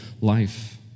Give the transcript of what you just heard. life